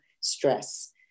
stress